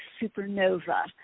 supernova